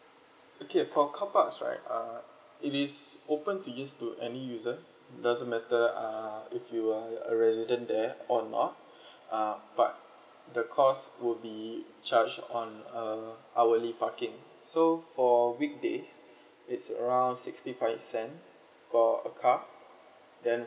okay for car parks right err it is open to use to any user it doesn't matter uh if you are a resident there or not uh but the cost would be charged on uh hourly parking so for weekdays it's around sixty five cents for a car then